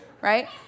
Right